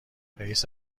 رئیس